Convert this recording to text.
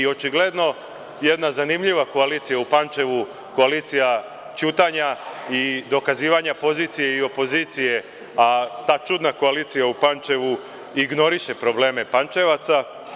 Očigledno jedna zanimljiva koalicija u Pančevu, koalicija ćutanja i dokazivanja pozicije i opozicije, pa ta čudna koalicija u Pančevu ignoriše probleme Pančevaca.